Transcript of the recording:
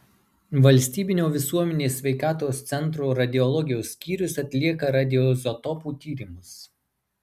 valstybinio visuomenės sveikatos centro radiologijos skyrius atlieka radioizotopų tyrimus